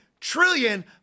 trillion